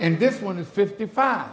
and this one is fifty five